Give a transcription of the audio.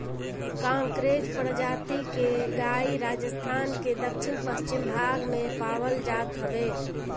कांकरेज प्रजाति के गाई राजस्थान के दक्षिण पश्चिम भाग में पावल जात हवे